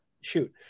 shoot